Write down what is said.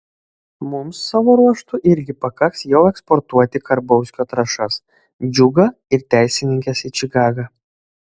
mums savo ruožtu irgi pakaks jau eksportuoti karbauskio trąšas džiugą ir teisininkes į čikagą